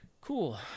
Cool